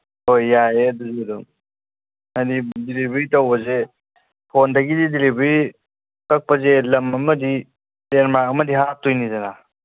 ꯍꯣꯏ ꯌꯥꯏꯌꯦ ꯑꯗꯨꯁꯨ ꯑꯗꯨꯝ ꯍꯥꯏꯕꯗꯤ ꯗꯤꯂꯤꯚꯔꯤ ꯇꯧꯕꯁꯦ ꯐꯣꯟꯗꯒꯤꯗꯤ ꯗꯤꯂꯤꯚꯔꯤ ꯀꯛꯄꯁꯦ ꯂꯝ ꯑꯃꯗꯤ ꯂꯦꯟꯃꯥꯛ ꯑꯃꯗꯤ ꯍꯥꯞꯀꯗꯣꯏꯅꯤꯗꯅ